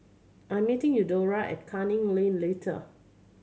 I'm meeting Eudora at Canning Lane latter